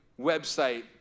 website